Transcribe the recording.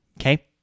Okay